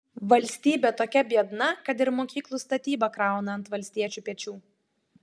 valstybė tokia biedna kad ir mokyklų statybą krauna ant valstiečių pečių